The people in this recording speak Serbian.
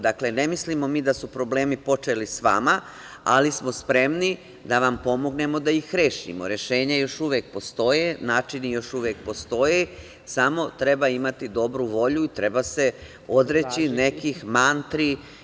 Dakle, ne mislimo mi da su problemi počeli sa vama, ali smo spremni da vam pomognemo da ih rešimo, rešenja još uvek postoje, načini još uvek postoje, samo treba imati dobru volju i treba se odreći nekih mantri.